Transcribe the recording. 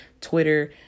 Twitter